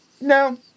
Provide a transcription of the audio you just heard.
no